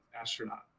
astronaut